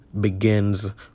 begins